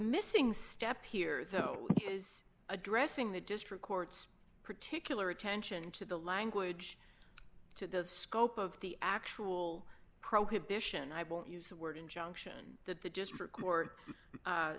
missing step here though is addressing the district courts particular attention to the language to the scope of the actual prohibition i won't use the word injunction